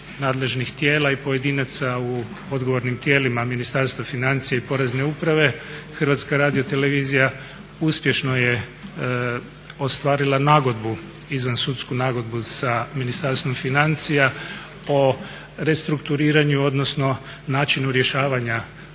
Hrvatska radiotelevizija uspješno je ostvarila nagodbu, izvan sudsku nagodbu sa Ministarstvom financija o restrukturiranju odnosno načinu rješavanja